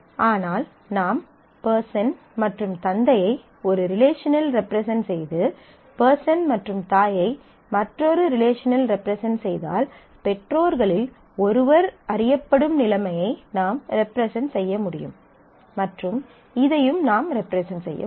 ஆனால் நாம் பெர்சன் மற்றும் தந்தையை ஒரு ரிலேஷனில் ரெப்ரசன்ட் செய்து பெர்சன் மற்றும் தாயை மற்றொரு ரிலேஷனில் ரெப்ரசன்ட் செய்தால் பெற்றோர்களில் ஒருவர் அறியப்படும் நிலைமையை நாம் ரெப்ரசன்ட் செய்ய முடியும் மற்றும் இதையும் நாம் ரெப்ரசன்ட் செய்ய முடியும்